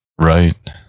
right